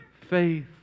faith